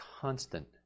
constant